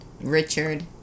Richard